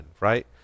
right